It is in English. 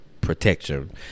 protection